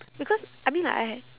because I mean like I ha~